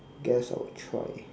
guess I'll try